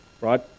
right